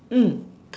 mm